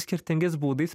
skirtingais būdais